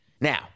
Now